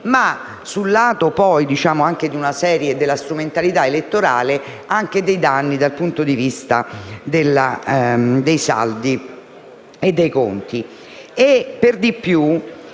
ma sul lato della strumentalità elettorale anche dei danni dal punto di vista dei saldi e dei conti.